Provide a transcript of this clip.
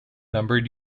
numbered